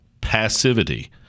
passivity